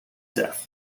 death